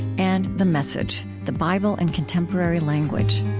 and the message the bible in contemporary language